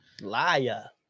Liar